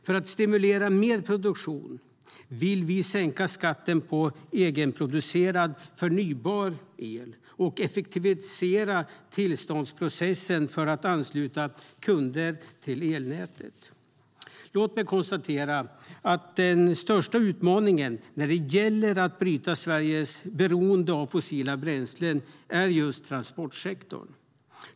För att stimulera mer produktion vill vi sänka skatten på egenproducerad förnybar el och effektivisera tillståndsprocessen för att ansluta kunder till elnätet. Låt mig konstatera att den största utmaningen när det gäller att bryta Sveriges beroende av fossila bränslen är just transportsektorn.